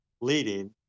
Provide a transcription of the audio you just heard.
leading